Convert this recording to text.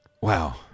Wow